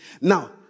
Now